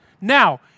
Now